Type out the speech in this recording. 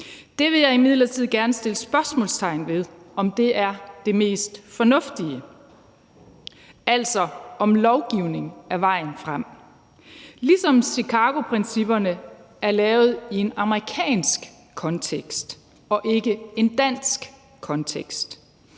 Jeg vil imidlertid gerne sætte spørgsmålstegn ved, om det er det mest fornuftige, altså om lovgivning er vejen frem, ligesom Chicagoprincipperne er lavet i en amerikansk kontekst og ikke en dansk kontekst.